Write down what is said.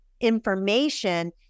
information